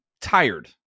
tired